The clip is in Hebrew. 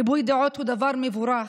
ריבוי דעות הוא דבר מבורך,